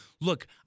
look